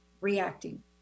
reacting